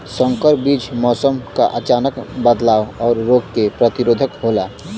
संकर बीज मौसम क अचानक बदलाव और रोग के प्रतिरोधक होला